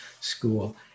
school